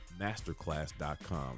masterclass.com